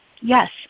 yes